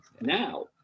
Now